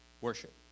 worship